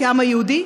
כעם היהודי?